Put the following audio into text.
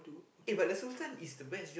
eh but the sultan is the best job